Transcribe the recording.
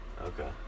okay